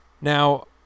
Now